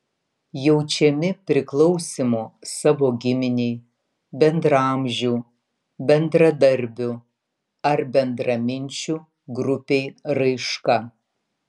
jaučiami priklausymo savo giminei bendraamžių bendradarbių ar bendraminčių grupei raiška